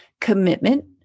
commitment